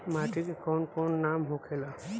माटी के कौन कौन नाम होखे ला?